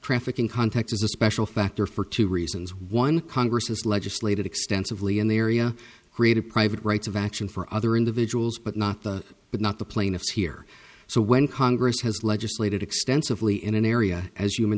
traffic in context is a special factor for two reasons one congress has legislated extensively in the area created private rights of action for other individuals but not the but not the plaintiffs here so when congress has legislated extensively in an area as human